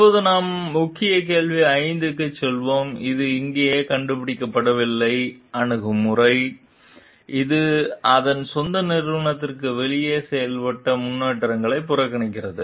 இப்போது நாம் முக்கிய கேள்வி 5 க்கு செல்வோம் இது இங்கே கண்டுபிடிக்கப்படவில்லை அணுகுமுறை இது அதன் சொந்த நிறுவனத்திற்கு வெளியே செய்யப்பட்ட முன்னேற்றங்களை புறக்கணிக்கிறது